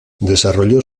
desarrolló